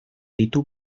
ditu